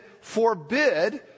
forbid